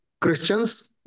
Christians